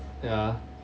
ya